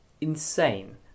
insane